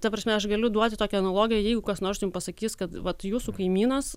ta prasme aš galiu duoti tokią analogiją jeigu kas nors jum pasakys kad vat jūsų kaimynas